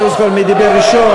אני לא זוכר מי דיבר ראשון,